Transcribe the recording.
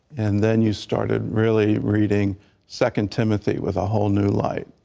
and then you started really reading second timothy with a whole new light.